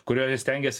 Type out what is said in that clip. kuria jie stengiasi